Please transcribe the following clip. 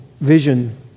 vision